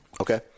Okay